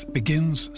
begins